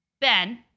Ben